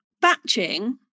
batching